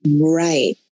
right